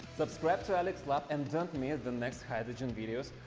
subscribe to alex lab and don't miss the next hydrogen videos!